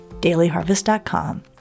dailyharvest.com